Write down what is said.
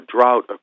drought